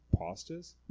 pastas